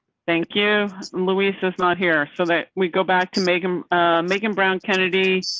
thank you luis, just not here so that we go back to make um making brown kennedy.